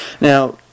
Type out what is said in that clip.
Now